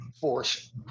force